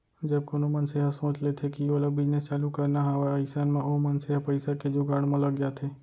जब कोनो मनसे ह सोच लेथे कि ओला बिजनेस चालू करना हावय अइसन म ओ मनसे ह पइसा के जुगाड़ म लग जाथे